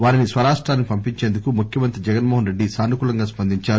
వారిని స్వరాష్టానికి పంపించేందుకు ముఖ్యమంత్రి జగన్ మోహన్ రెడ్డి సానుకూలంగా స్పందించారు